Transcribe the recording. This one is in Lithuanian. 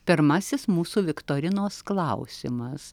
pirmasis mūsų viktorinos klausimas